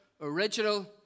original